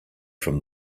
from